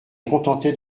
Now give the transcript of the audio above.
contentait